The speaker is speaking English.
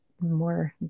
more